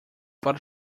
but